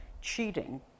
cheating